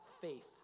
faith